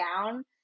down